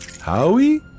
Howie